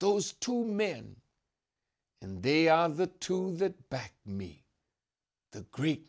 those two men and they are the two that back me the greek